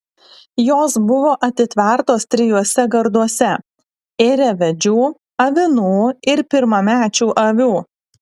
jos buvo atitvertos trijuose garduose ėriavedžių avinų ir pirmamečių avių